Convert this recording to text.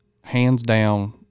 hands-down